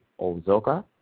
Ozoka